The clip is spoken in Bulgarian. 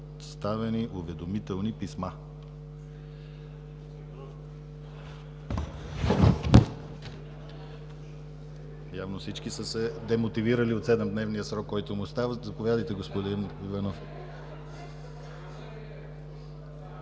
представени уведомителни писма.